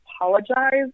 apologize